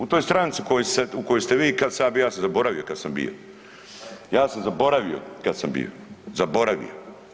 U toj stranci u kojoj ste vi kad sam ja bia ja sam zaboravio ka sam bio, ja sam zaboravio kad sam bio, zaboravio.